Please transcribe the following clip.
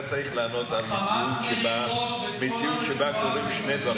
אתה צריך לענות על מציאות שבה קורים שני דברים